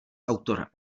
autorem